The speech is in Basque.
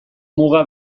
muga